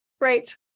right